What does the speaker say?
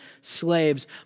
slaves